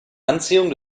anziehung